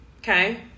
okay